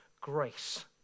grace